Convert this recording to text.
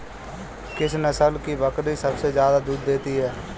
किस नस्ल की बकरी सबसे ज्यादा दूध देती है?